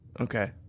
Okay